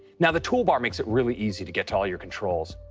now, the toolbar makes it really easy to get to all your controls.